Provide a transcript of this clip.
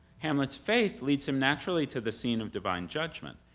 hamlet's faith leads him naturally to the scene of divine judgment.